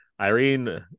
Irene